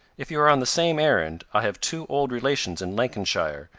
if you are on the same errand, i have two old relations in lancashire,